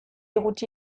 gutxi